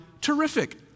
terrific